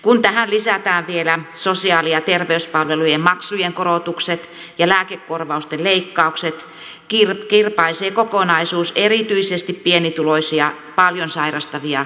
kun tähän lisätään vielä sosiaali ja terveyspalvelujen maksujen korotukset ja lääkekorvausten leikkaukset kirpaisee kokonaisuus erityisesti pienituloisia paljon sairastavia ikäihmisiä